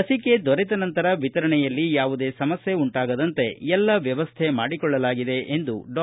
ಲಸಿಕೆ ದೊರೆತ ನಂತರ ವಿತರಣೆಯಲ್ಲಿ ಯಾವುದೇ ಸಮಸ್ಯೆ ಉಂಟಾಗದಂತೆ ಎಲ್ಲ ವ್ಯವಸ್ಥೆ ಮಾಡಿಕೊಳ್ಳಲಾಗಿದೆ ಎಂದು ಡಾ